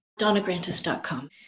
Donagrantis.com